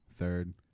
third